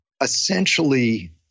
essentially